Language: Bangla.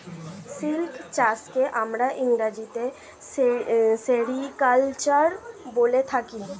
সিল্ক চাষকে আমরা ইংরেজিতে সেরিকালচার বলে থাকি